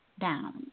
down